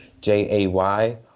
jay